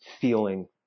feeling